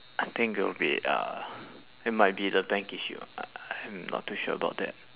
I think it'll be uh it might be the bank issue I I I'm not too sure about that